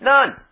None